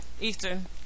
Eastern